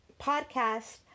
podcast